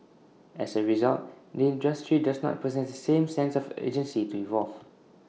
as A result the industry does not possess the same sense of agency to evolve